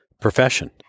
profession